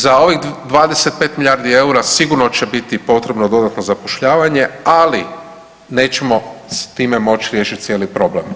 Za ovih 25 milijardi eura sigurno će biti potrebno dodatno zapošljavanje, ali nećemo s time moći riješiti cijeli problem.